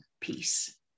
peace